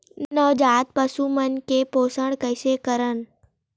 नवजात पशु मन के पोषण कइसे करन?